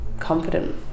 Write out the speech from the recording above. confident